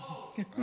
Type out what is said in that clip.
זה אור.